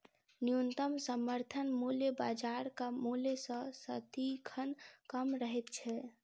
न्यूनतम समर्थन मूल्य बाजारक मूल्य सॅ सदिखन कम रहैत छै